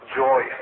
joy